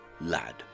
Lad